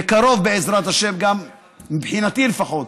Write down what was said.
בקרוב, בעזרת השם, מבחינתי לפחות,